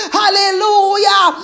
hallelujah